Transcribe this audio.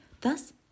Thus